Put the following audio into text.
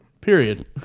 Period